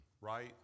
right